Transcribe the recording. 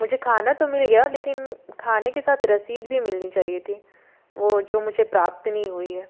मुझे खाना तो मिल गया लेकिन खाने के साथ रसीद भी मिलनी चाहिए थी वो जो मुझे प्राप्त नहीं हुई है